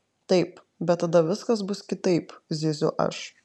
taip bet tada viskas bus kitaip zyziu aš